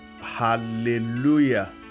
Hallelujah